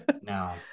no